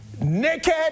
naked